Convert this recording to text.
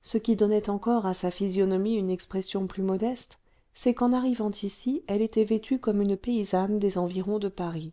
ce qui donnait encore à sa physionomie une expression plus modeste c'est qu'en arrivant ici elle était vêtue comme une paysanne des environs de paris